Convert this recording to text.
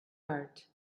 art